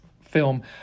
film